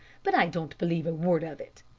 but i don't believe a word of it.